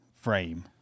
frame